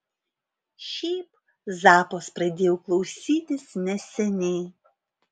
šiaip zappos pradėjau klausytis neseniai